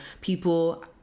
people